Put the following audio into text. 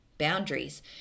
Boundaries